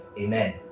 Amen